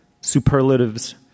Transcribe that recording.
superlatives